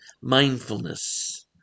mindfulness